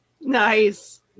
Nice